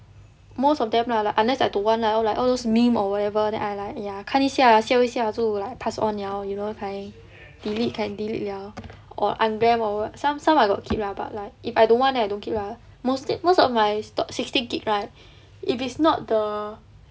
most of them lah unless I don't want lah all like all those meme or whatever then I like ya 看一下笑一下就 like pass on 了 you know that kind delete can delete 了 or unglam or what some some I got keep lah but like if I don't want I don't keep ah most most of my stock sixteen gb right if it's not the